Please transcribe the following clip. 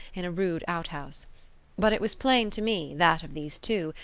in a rude out-house but it was plain to me that, of these two,